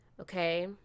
Okay